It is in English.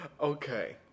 Okay